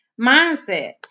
mindset